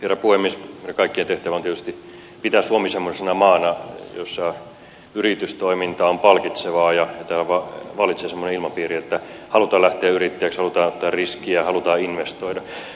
meidän kaikkien tehtävä on tietysti pitää suomi semmoisena maana jossa yritystoiminta on palkitsevaa ja vallitsee semmoinen ilmapiiri että halutaan lähteä yrittäjäksi halutaan ottaa riskiä halutaan investoida